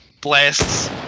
blasts